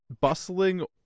bustling